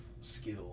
skill